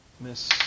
Miss